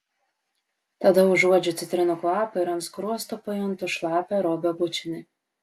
tada užuodžiu citrinų kvapą ir ant skruosto pajuntu šlapią robio bučinį